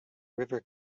river